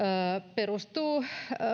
perustuu